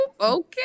okay